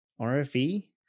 RFE